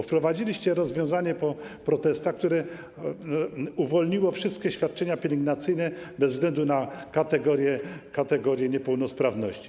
Wprowadziliście rozwiązanie po protestach, które uwolniło wszystkie świadczenia pielęgnacyjne bez względu na kategorię niepełnosprawności.